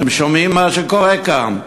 אתם שומעים מה שקורה כאן?